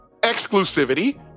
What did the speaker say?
exclusivity